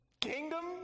kingdom